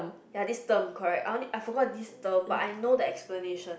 ya this term correct I wanna I forgot this term but I know the explanation